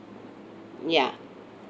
ya